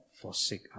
forsake